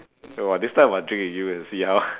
so ah this time must drink with you and see how